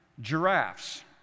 Giraffes